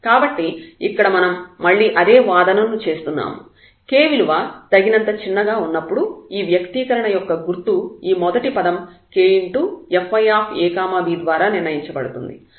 కాబట్టి ఇక్కడ మనం మళ్ళీ అదే వాదనను చేస్తున్నాము k విలువ తగినంత చిన్నగా ఉన్నప్పుడు ఈ వ్యక్తీకరణ యొక్క గుర్తు ఈ మొదటి పదం kfyab ద్వారా నిర్ణయించబడుతుంది